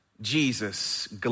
Jesus